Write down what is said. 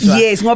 yes